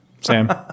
Sam